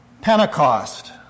Pentecost